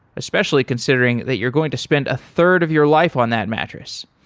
especially considering that you're going to spend a third of your life on that mattress.